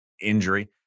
injury